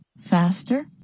faster